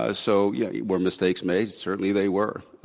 ah so yeah, were mistakes made? certainly they were.